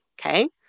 Okay